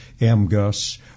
MGUS